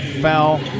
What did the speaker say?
Foul